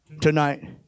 tonight